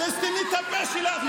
תסתמי את הפה שלך.